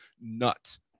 nuts